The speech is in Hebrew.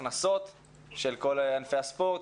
להכנסות של כל ענפי הספורט,